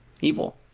evil